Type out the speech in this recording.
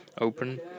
Open